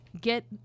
Get